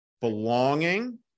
belonging